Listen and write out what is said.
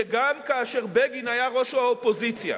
שגם כאשר בגין היה ראש האופוזיציה,